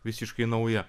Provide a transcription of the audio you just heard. visiškai nauja